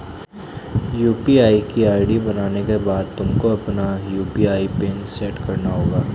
UPI की ID बनाने के बाद तुमको अपना यू.पी.आई पिन सैट करना होगा